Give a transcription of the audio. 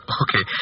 okay।